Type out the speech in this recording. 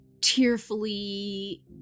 tearfully